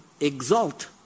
exalt